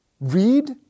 read